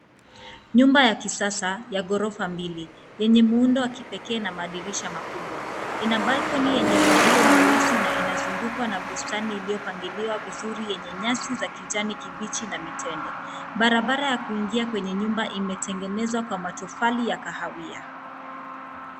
Nyumba ya kisasa ya ghorofa mbili, yenye muundo wa kipekee na madirisha makubwa, ina balcony yenye uzio mweusi, na inazungukwa na bustani iliopangiliwa vizuri yenye nyasi za kijani kibichi na mitende. Barabara ya kuingia kwenye nyumba imetengenezwa kwa matofali ya kahawia.